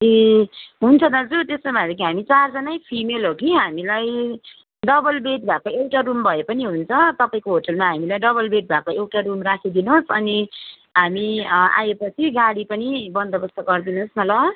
ए हुन्छ दाजु त्यसो भएदेखि चारजानै फिमेल हो कि हामीलाई डबल बेड भएको एउटा रुम भए पनि हुन्छ तपाईँको होटेलमा हामीलाई डबल बेड भएको एउटा रुम राखिदिनुहोस् अनि हामी आएपछि गाडी पनि बन्दोबस्त गर्दिनुहोस् न ल